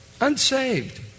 Unsaved